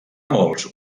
molts